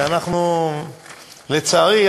ולצערי,